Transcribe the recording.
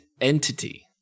entity